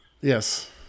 Yes